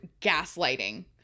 gaslighting